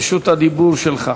רשות הדיבור שלך.